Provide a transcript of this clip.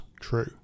true